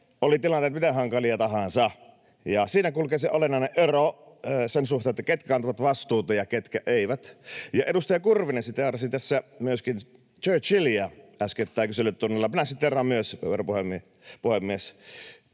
oli tilanteet miten hankalia tahansa, ja siinä kulkee se olennainen ero sen suhteen, ketkä kantavat vastuuta ja ketkä eivät. Ja edustaja Kurvinen siteerasikin tässä Churchilliä äskettäin kyselytunnilla. Minä siteeraan myös, herra